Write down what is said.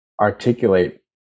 articulate